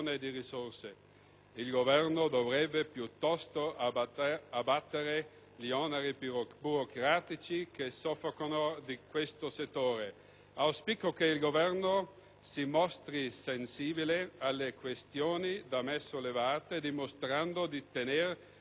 Il Governo dovrebbe piuttosto abbattere gli oneri burocratici che soffocano questo settore. Auspico che il Governo si mostri sensibile alle questioni da me sollevate, dimostrando di tenere davvero